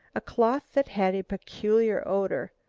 a cloth that had a peculiar odour.